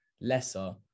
lesser